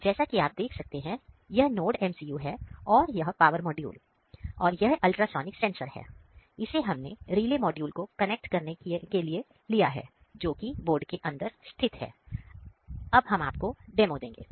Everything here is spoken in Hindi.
तो जैसा कि आप देख सकते हैं यह NodeMCU हैं और यह पावर मॉड्यूल और यह अल्ट्रासोनिक सेंसर है इससेहमने रीले मॉड्यूल को कनेक्टे किया है जोकि बोर्ड के अंदर स्थित है अब हम आपको डेमो देंगे